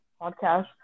podcast